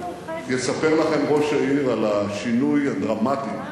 יספר לכם ראש העיר על השינוי שמתחולל